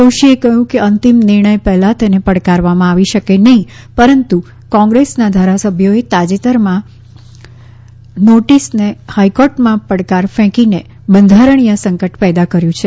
જોશીએ કહ્યું કે અંતિમ નિર્ણય પહેલાં તેને પડકારવામાં આવી શકે નહીં પરંતુ કોંગ્રેસના ધારાસભ્યોએ તાજેતરમાં નોટિસને હાઈકોર્ટમાં પડકાર ફેંકીને બંધારણીય સંકટ પેદા કર્યું છે